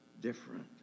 different